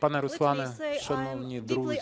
Пане Руслане, шановні друзі!